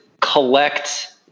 collect